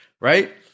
right